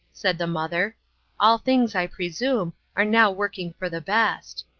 said the mother all things, i presume, are now working for the best.